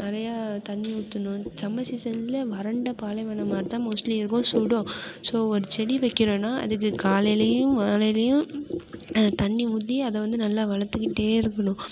நிறைய தண்ணி ஊற்றணும் சம்மர் சீசனில் வறண்ட பாலைவனம் மாதிரி தான் மோஸ்ட்லி இருக்கும் சுடும் ஸோ ஒரு செடி வைக்குறோம்னால் அதுக்கு காலையிலுயும் மாலையிலுயும் தண்ணி ஊற்றி அதை வந்து நல்லா வளர்த்துக்கிட்டே இருக்கணும்